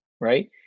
right